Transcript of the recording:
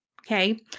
okay